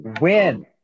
win